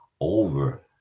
over